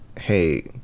hey